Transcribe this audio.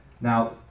Now